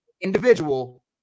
individual